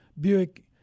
Buick